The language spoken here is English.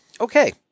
Okay